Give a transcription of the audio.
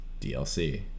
DLC